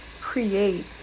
create